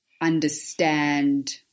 understand